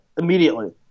immediately